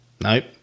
nope